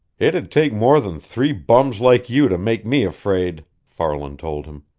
it'd take more than three bums like you to make me afraid! farland told him.